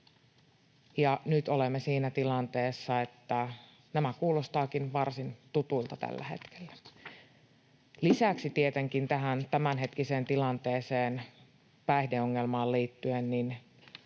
nyt olemme siinä tilanteessa, että nämä kuulostavatkin varsin tutuilta tällä hetkellä. Lisäksi tietenkin tämän tämänhetkisen tilanteen päihdeongelmaan liittyen: